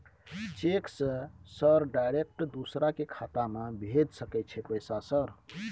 Cheque से sir direct दूसरा के खाता में भेज सके छै पैसा सर?